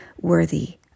worthy